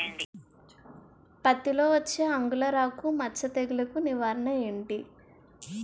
పత్తి లో వచ్చే ఆంగులర్ ఆకు మచ్చ తెగులు కు నివారణ ఎంటి?